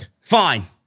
Fine